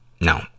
No